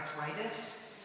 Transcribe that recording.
arthritis